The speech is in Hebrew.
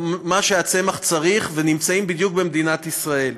מה שהצמח צריך, והם נמצאים בדיוק במדינת ישראל.